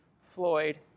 Floyd